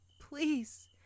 please